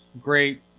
great